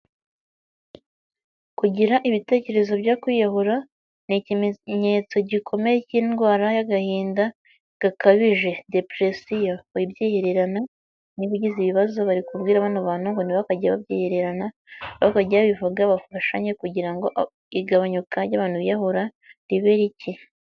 Kugira ibitekerezo byo kwiyahura, ni ikimenyetso gikomeye k'indwara y'agahinda gakabije (depression). Wibyihererana niba ugize ibibazo bari kubwira bano bantu ngo ntibakajye babyihererana bakajya babivuga, bafashanye kugira ngo igabanyuka ry'abantu biyahura ribe iki.